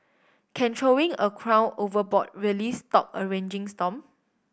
can throwing a crown overboard really stop a raging storm